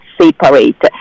separate